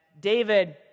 David